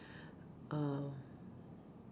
uh